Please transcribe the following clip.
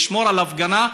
לשמור על ההפגנה,